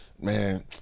Man